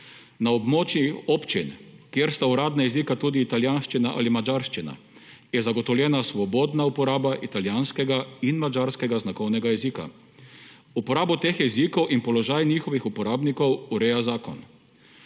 Na območjih občin, kjer sta uradna jezika tudi italijanščina in madžarščina, je zagotovljena svobodna uporaba italijanskega in madžarskega znakovnega jezika. Uporabo teh jezikov in položaj njihovih uporabnikov ureja zakon.